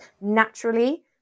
naturally